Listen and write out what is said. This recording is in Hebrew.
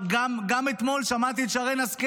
כל מי שמאמין במטרות של המלחמה הזאת וכל